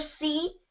see